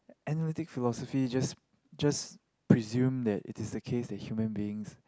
analytic philosophy just just presume that it is the case that human beings